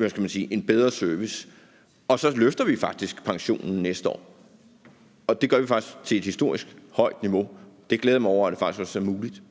får en bedre service. Og så løfter vi faktisk pensionen næste år; det gør vi faktisk til et historisk højt niveau. Det glæder jeg mig over faktisk også er muligt.